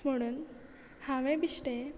म्हणून हांवें बिश्टे